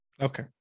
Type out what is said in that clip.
Okay